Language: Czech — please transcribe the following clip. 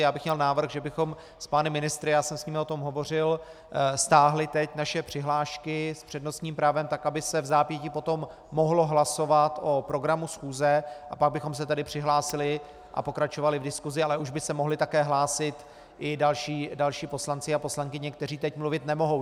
Já bych měl návrh, že bychom s pány ministry já jsem s nimi o tom hovořil stáhli teď naše přihlášky s přednostním právem, tak aby se vzápětí potom mohlo hlasovat o programu schůze, a pak bychom se tedy přihlásili a pokračovali v diskusi, ale už by se mohli také hlásit i další poslanci a poslankyně, kteří teď mluvit nemohou.